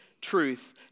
truth